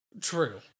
true